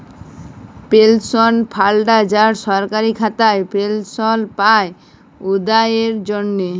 পেলশল fund যারা সরকারি খাতায় পেলশল পায়, উয়াদের জ্যনহে